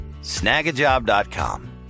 snagajob.com